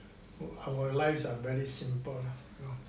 our lives are very simple lah you know